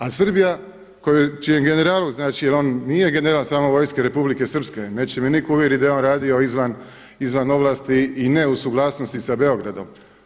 A Srbija čijem generalu, znači jer on nije general samo Vojske Republike Srpske, neće mi nitko uvjeriti da je on radio izvan ovlasti i ne u suglasnosti sa Beogradom.